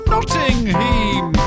Nottingham